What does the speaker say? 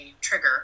trigger